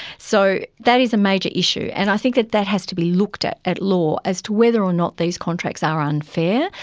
so that is a major issue, and i think that that has to be looked at, at law, as to whether or not these contracts are unfair,